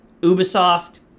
Ubisoft